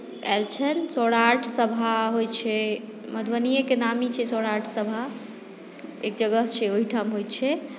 आयल छनि सौराठ सभा होइत छै मधुबनिएके नामी छै सौराठ सभा एक जगह छै ओहिठाम होइत छै